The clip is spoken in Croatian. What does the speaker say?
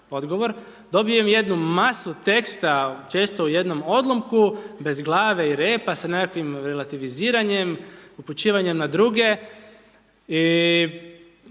Dobijem jednu masu teksta često u jednom odlomku bez glave i repa sa nekakvim relativiziranjem, upućivanjem na druge i